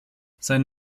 sein